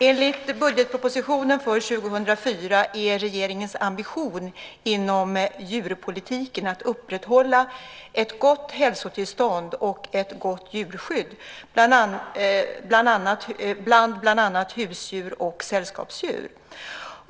Enligt budgetpropositionen för 2004 är regeringens ambition inom djurpolitiken att upprätthålla ett gott hälsotillstånd och ett gott djurskydd bland bland annat husdjur och sällskapsdjur.